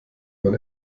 man